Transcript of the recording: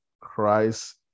Christ